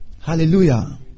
Hallelujah